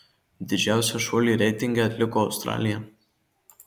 didžiausią šuolį reitinge atliko australija